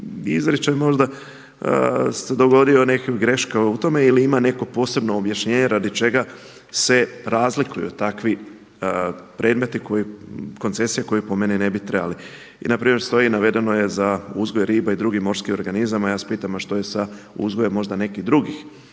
izričaj možda se dogodio, neka greška u tome ili ima neko posebno objašnjenje radi čega se razlikuju takvi predmeti, koncesije koji po meni ne bi trebali. I na primjer stoji, navedeno je za uzgoj riba i drugih morskih organizama. Ja vas pitam, a što je sa uzgojem možda nekih drugih